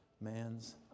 man's